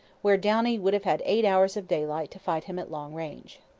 where downie would have had eight hours of daylight to fight him at long range.